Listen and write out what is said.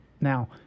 Now